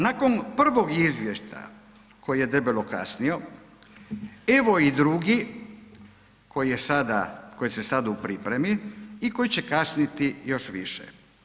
Nakon, prvog izvještaja koji je debelo kasnio evo i drugi koji je sada, koji se sada u pripremi i koji će kasniti još više.